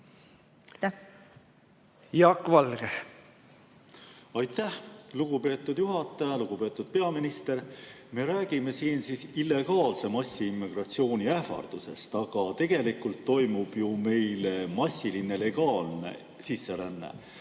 muutma? Aitäh, lugupeetud juhataja! Lugupeetud peaminister! Me räägime siin illegaalse massiimmigratsiooni ähvardusest, aga tegelikult toimub ju meile massiline legaalne sisseränne.